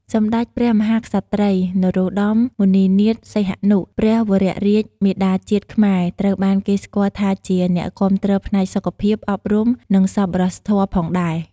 សម្តេចព្រះមហាក្សត្រី នរោត្តម មុនិនាថ សីហនុ ព្រះវររាជមាតាជាតិខ្មែរត្រូវបានគេស្គាល់ថាជាអ្នកគាំទ្រផ្នែកសុខភាព អប់រំ និងសប្បុរសធម៌ផងដែរ។